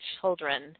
children